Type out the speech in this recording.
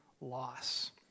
loss